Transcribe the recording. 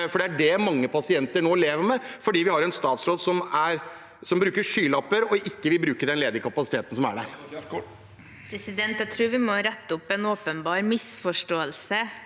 Det er det mange pasienter som nå lever med, fordi vi har en statsråd som bruker skylapper og ikke vil bruke den ledige kapasiteten som er der. Statsråd Ingvild Kjerkol Jeg tror vi må rette opp en åpenbar misforståelse.